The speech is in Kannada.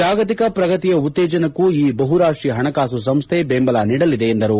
ಜಾಗತಿಕ ಪ್ರಗತಿಯ ಉತ್ತೇಜನಕ್ಕೂ ಈ ಬಹುರಾಷ್ಟ್ರೀಯ ಹಣಕಾಸು ಸಂಸ್ಡೆ ಬೆಂಬಲ ನೀಡಲಿದೆ ಎಂದರು